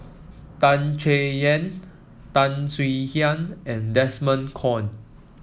Tan Chay Yan Tan Swie Hian and Desmond Kon